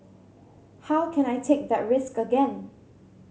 how can I take that risk again